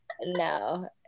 no